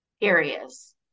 areas